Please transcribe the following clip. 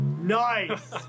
Nice